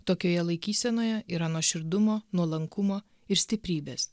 tokioje laikysenoje yra nuoširdumo nuolankumo ir stiprybės